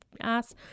ass